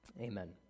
Amen